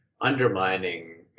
undermining